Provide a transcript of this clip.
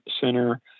center